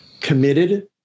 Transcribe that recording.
committed